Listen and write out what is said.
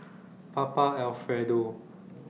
Papa Alfredo